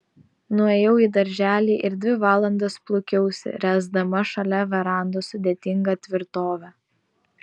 nuėjau į darželį ir dvi valandas plūkiausi ręsdama šalia verandos sudėtingą tvirtovę